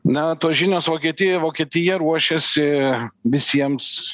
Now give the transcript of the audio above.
na tos žinios vokietijoj vokietija ruošiasi visiems